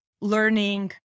learning